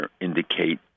indicate